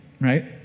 right